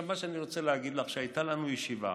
אני רוצה להגיד לך שהייתה לנו ישיבה